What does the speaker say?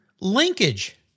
Linkage